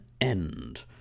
end